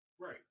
Right